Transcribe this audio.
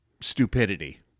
stupidity